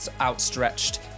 outstretched